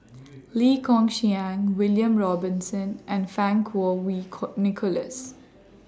Lee Kong Chian William Robinson and Fang Kuo Wei Kuo Nicholas